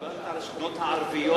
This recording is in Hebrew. דיברתי על השכונות הערביות.